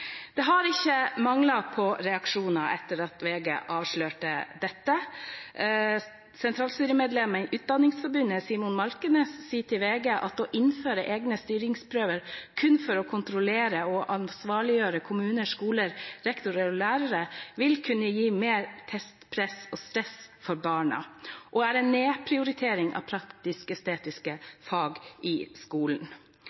Det har ikke manglet på reaksjoner etter at VG avslørte dette. Sentralstyremedlem i Utdanningsforbundet Simon Malkenes sier til VG at å innføre egne styringsprøver kun for å kontrollere og ansvarliggjøre kommuner, skoler, rektorer og lærere vil kunne gi mer testpress og stress for barna og er en nedprioritering av